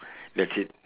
that's it